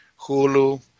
Hulu